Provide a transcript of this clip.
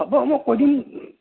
হ'ব মই কৈ দিম